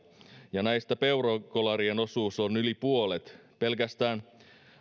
ja näistä peurakolarien osuus on yli puolet pelkästään